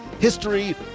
history